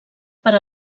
per